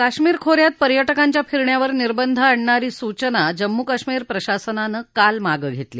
कश्मीर खो यात पर्यटकांच्या फिरण्यावर निर्बंध आणणारी सूचना जम्मू कश्मीर प्रशासनानं काल मागं घेतली